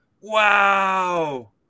Wow